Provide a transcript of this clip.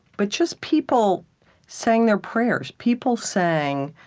but just people saying their prayers, people saying,